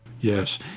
Yes